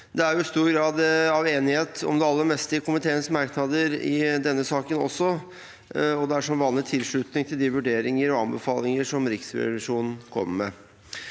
Det er stor grad av enighet om det aller meste i komiteens merknader i saken, og det er som vanlig tilslutning til de vurderinger og anbefalinger som Riksrevisjonen kommer med.